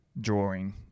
Drawing